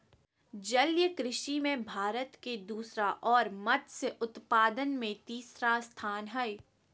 जलीय कृषि में भारत के दूसरा और मत्स्य उत्पादन में तीसरा स्थान हइ